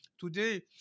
today